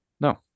No